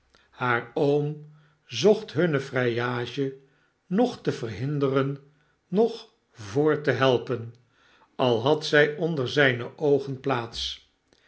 haar oom zocht hunne vrijage noch te verhinderen noch voort te helpen al had zij onder zijne oogen plaats